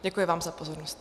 Děkuji vám za pozornost.